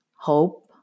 hope